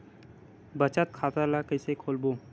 बचत खता ल कइसे खोलबों?